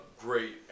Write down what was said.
great